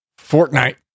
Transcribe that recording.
Fortnite